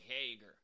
Hager